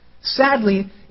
Sadly